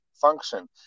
function